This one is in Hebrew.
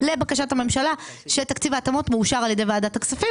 לבקשת הממשלה שתקציב ההתאמות מאושר על ידי ועדת הכספים,